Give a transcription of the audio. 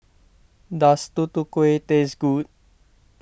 does Tutu Kueh taste good